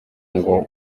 ngo